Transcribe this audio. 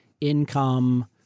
income